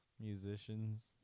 musicians